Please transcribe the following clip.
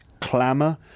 clamour